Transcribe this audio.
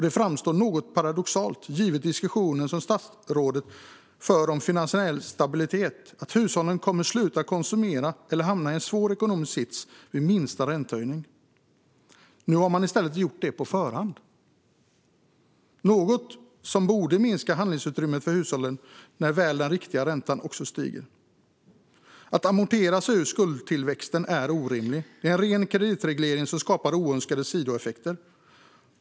Det framstår som något paradoxalt givet diskussionen som statsrådet för om finansiell stabilitet att hushållen kommer att sluta konsumera eller hamna i en svår ekonomisk sits vid minsta räntehöjning. Nu har det i stället gjorts på förhand - något som borde minska handlingsutrymmet för hushållen när den riktiga räntan faktiskt stiger. Att amortera sig ur skuldtillväxten är orimligt. Det är en ren kreditreglering som skapar oönskade sidoeffekter.